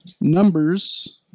Numbers